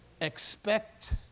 Expect